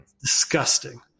Disgusting